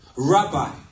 Rabbi